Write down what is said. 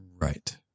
Right